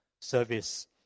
service